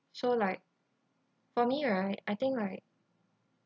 so like for me right I think like